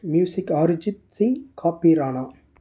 music Arijit Singh காபிரானா